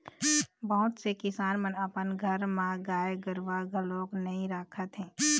बहुत से किसान मन अपन घर म गाय गरूवा घलोक नइ राखत हे